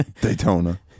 Daytona